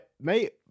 mate